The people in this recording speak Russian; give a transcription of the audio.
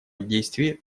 действий